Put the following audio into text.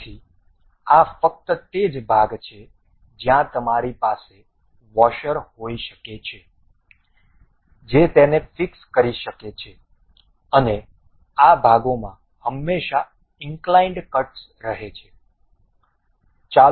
તેથી આ ફક્ત તે જ ભાગ છે જ્યાં તમારી પાસે વોશર હોઈ શકે છે જે તેને ફિક્સ કરી શકે છે અને આ ભાગોમાં હંમેશાં ઇંક્લાઇન્ડ કટ્સ રહે છે